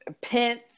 Pence